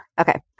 Okay